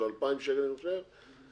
של 2,000 שקל נגיד,